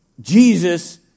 Jesus